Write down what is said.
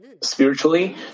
spiritually